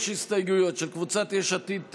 יש הסתייגויות של קבוצת סיעת יש עתיד-תל"ם,